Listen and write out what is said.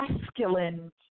masculine